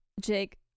Jake